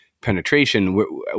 penetration